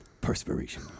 perspiration